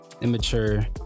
immature